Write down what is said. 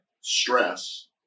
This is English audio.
stress